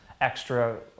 extra